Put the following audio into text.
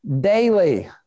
daily